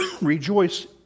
rejoice